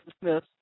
Smith